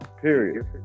Period